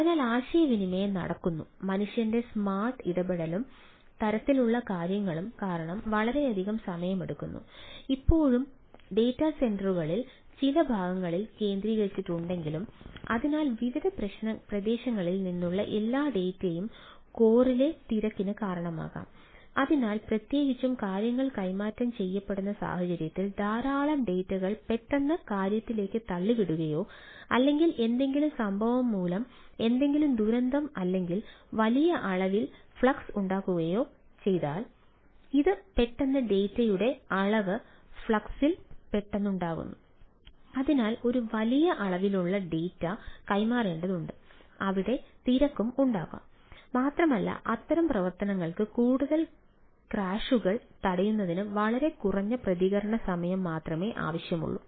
അതിനാൽ ആശയവിനിമയം നടക്കുന്നു മനുഷ്യന്റെ സ്മാർട്ട് കൈമാറേണ്ടതുണ്ട് അവിടെ തിരക്കും ഉണ്ടാകാം മാത്രമല്ല അത്തരം പ്രവർത്തനങ്ങൾക്ക് കൂടുതൽ ക്രാഷുകൾ തടയുന്നതിന് വളരെ കുറഞ്ഞ പ്രതികരണ സമയം മാത്രമേ ലഭിക്കൂ